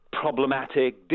problematic